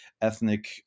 ethnic